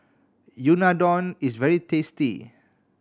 unadon is very tasty